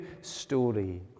story